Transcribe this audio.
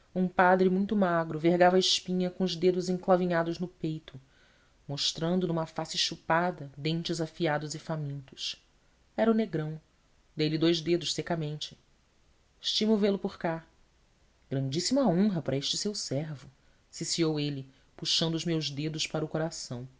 um padre muito magro vergava a espinha com os dedos enclavinhados no peito mostrando numa face chupada dentes afiados e famintos era o negrão dei-lhe dous dedos secamente estimo vê-lo por cá grandíssima honra para este seu servo ciciou ele puxando os meus dedos para o coração